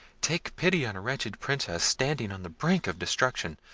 take pity on a wretched princess, standing on the brink of destruction.